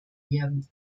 werden